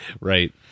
Right